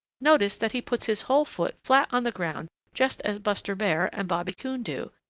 notice that he puts his whole foot flat on the ground just as buster bear and bobby coon do,